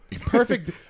Perfect